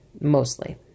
mostly